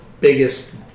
biggest